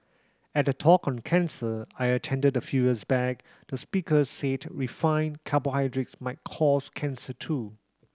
at a talk on cancer I attended a fews back the speaker said refined carbohydrates might cause cancer too